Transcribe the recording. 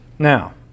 Now